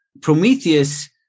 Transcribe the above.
Prometheus